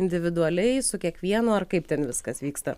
individualiai su kiekvienu ar kaip ten viskas vyksta